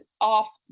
off